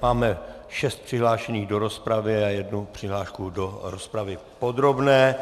Máme šest přihlášených do rozpravy a jednu přihlášku do rozpravy podrobné.